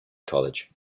college